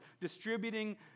distributing